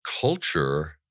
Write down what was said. culture